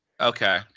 Okay